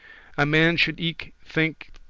a man should eke think,